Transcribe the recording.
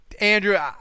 Andrew